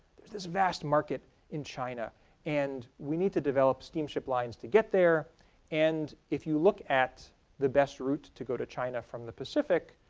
there's this vast market in china and we need to develop steamship lines to get there and if you look at the best route to go to china from the pacific,